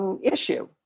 issue